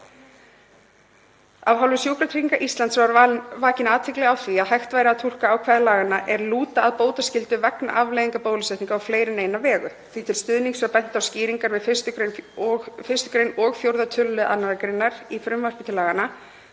Af hálfu Sjúkratrygginga Íslands var vakin athygli á því að hægt væri að túlka ákvæði laganna er lúta að bótaskyldu vegna afleiðinga bólusetninga á fleiri en eina vegu. Því til stuðnings var bent á skýringar við 1. gr. og 4. tölulið 2. gr. í frumvarpi til laganna.